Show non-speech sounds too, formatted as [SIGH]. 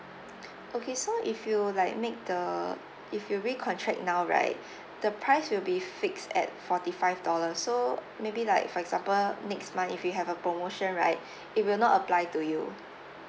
[BREATH] okay so if you like make the if you recontract now right [BREATH] the price will be fixed at forty five dollar so maybe like for example next month if we have a promotion right [BREATH] it will not apply to you